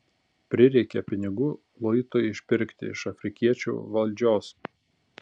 prireikė pinigų luitui išpirkti iš afrikiečių valdžios